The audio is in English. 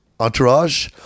Entourage